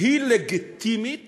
היא לגיטימית